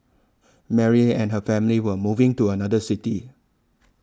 Mary and her family were moving to another city